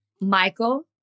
Michael